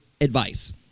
advice